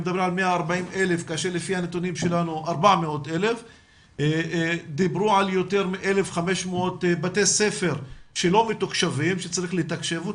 הם מדברים על 140,000 כאשר לפי הנתונים שלנו זה 400,000. דיברו על יותר מ-1,500 בתי ספר שלא מתוקשבים וצריך לתקשב,